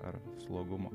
ar slogumo